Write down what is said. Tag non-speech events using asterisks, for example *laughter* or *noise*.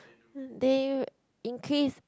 *noise* they in case